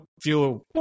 feel